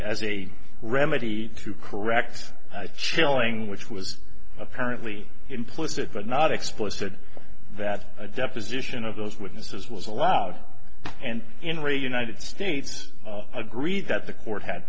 as a remedy to correct chilling which was apparently implicit but not explicit that a deposition of those witnesses was allowed and in re united states agree that the court had